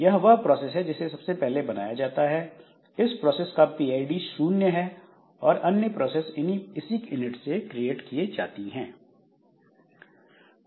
यह वह प्रोसेस है जिसे सबसे पहले बनाया जाता है इस प्रोसेस का पीआईडी 0 है और अन्य प्रोसेस इसी इनिट से क्रिएट की जाती हैं